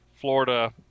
Florida